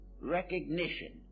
recognition